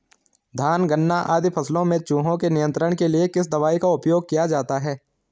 धान गन्ना आदि फसलों में चूहों के नियंत्रण के लिए किस दवाई का उपयोग किया जाता है?